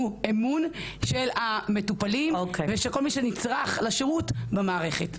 אמון של המטופלים ושל כל מי שנצרך לשירות במערכת.